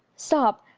stop!